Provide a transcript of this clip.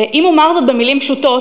אם אומר זאת במילים פשוטות,